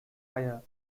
fire